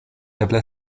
eble